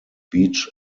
beach